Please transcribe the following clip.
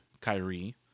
Kyrie